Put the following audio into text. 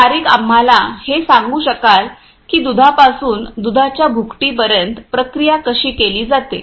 पारीक आम्हाला हे सांगू शकाल की दुधापासून दुधाच्या भुकटीपर्यंत प्रक्रिया कशी केली जाते